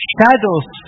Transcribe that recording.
Shadows